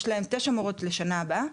יש להם תשע מורות לשנה הבאה,